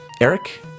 eric